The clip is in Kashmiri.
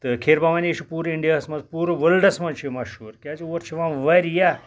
تہٕ کھیٖر بَوانی چھِ پوٗرٕ اِنڈِیا ہَس مَنٛز پوٗرٕ ورلڈَس مَنٛز چھِ یہٕ مَشہوٗر کیازٕ اور چھِ یِوان واریاہ